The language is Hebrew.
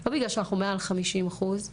לא בגלל שאנחנו מעל 50 אחוזים.